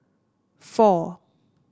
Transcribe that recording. four